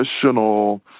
traditional